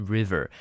River